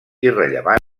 irrellevant